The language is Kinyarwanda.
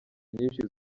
nyinshi